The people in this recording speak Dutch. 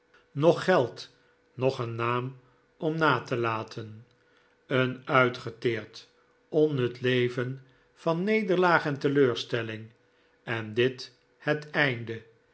noch geld noch een naam om na te laten een uitgeteerd onnut leven van nederlaag en teleurstelling en dit het einde